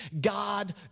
God